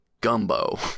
gumbo